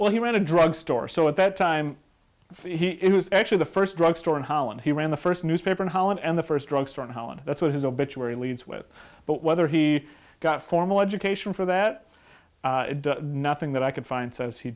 well he in a drug store so at that time he was actually the first drug store in holland he ran the first newspaper in holland and the first drug store in holland that's what his obituary leads with but whether he got formal education for that nothing that i could find says he